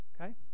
okay